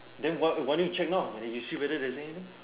then why why don't you check now then you see whether there's anything